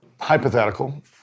Hypothetical